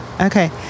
Okay